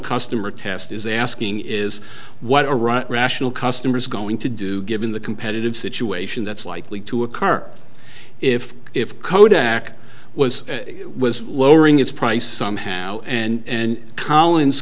customer test is asking is what irrational customers are going to do given the competitive situation that's likely to occur if if kodak was was lowering its price somehow and collins